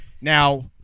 Now